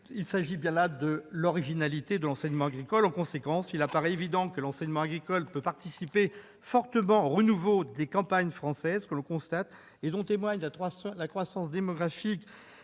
il s'agit bien là de l'originalité de l'enseignement agricole. En conséquence, il apparaît évident que l'enseignement agricole peut participer fortement au renouveau des campagnes françaises que l'on constate, et dont témoigne la croissance démographique